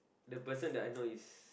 the person that I know is